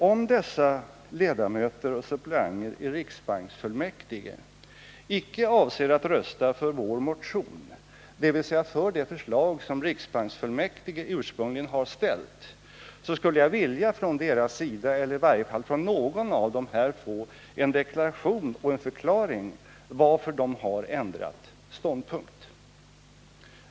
Om dessa ledamöter och suppleanter i riksbanksfullmäktige inte avser att rösta för vår motion, dvs. för det förslag som riksbanksfullmäktige ursprungligen har ställt, skulle jag vilja från i varje fall någon av dem få en förklaring varför de har ändrat ståndpunkt.